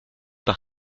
par